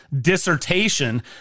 dissertation